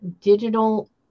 digital